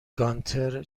گانتر